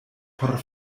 por